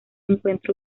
encuentra